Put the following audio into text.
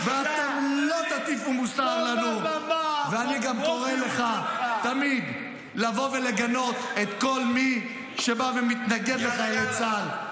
מהערכים והמוסר והפטריוטיות שלנו בהגנה על חיילי צה"ל,